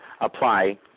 apply